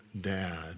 dad